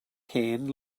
hen